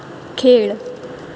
खेळ